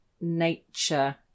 nature